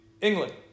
England